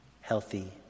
healthy